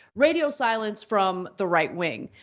radio silence from the right wing.